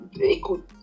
écoute